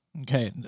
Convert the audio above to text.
Okay